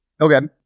Okay